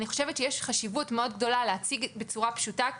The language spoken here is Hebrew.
אני חושבת שיש חשיבות מאוד גדולה להציג בצורה פשוטה.